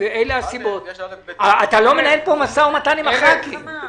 אתה לא מנהל מו"מ עם הח"כים.